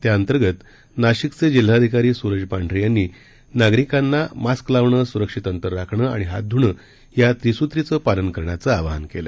त्याअंतर्गत नाशिक जिल्ह्याचे जिल्हाधिकारी सुरज मांढरे यांनी नागरिकांना मास्क लावणं सुरक्षित अंतर राखणं आणि हात धुणं या त्रिसूतीचं पालन करण्याचं आवाहन केलं